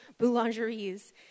boulangeries